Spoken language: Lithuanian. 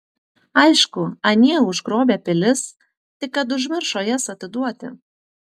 aišku anie užgrobę pilis tik kad užmiršo jas atiduoti